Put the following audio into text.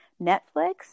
netflix